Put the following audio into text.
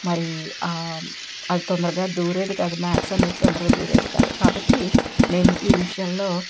మరి అది తొందరగా దూరేది కాదు మ్యాథ్స్ అనేది తొందరగా దూరేది కాదు కాబట్టి నేను ఈ విషయంలో